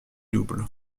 double